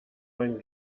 ein